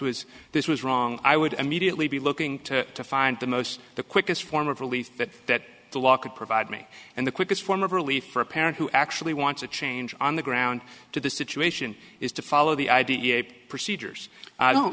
was this was wrong i would immediately be looking to find the most the quickest form of relief that the law could provide me and the quickest form of relief for a parent who actually wants a change on the ground to the situation is to follow the i d e a procedures i don't